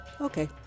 Okay